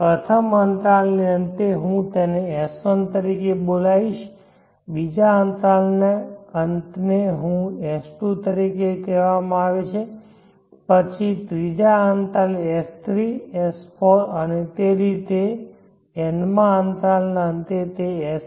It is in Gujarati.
પ્રથમ અંતરાલના અંતે હું તેને S1 તરીકે બોલાવીશ અને બીજા અંતરાલના અંતને S2 કહેવામાં આવે છે પછી ત્રીજા અંતરાલ S3 S4 અને તે રીતે તેથી n માં અંતરાલના અંતે તે Sn